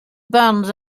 bands